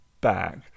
back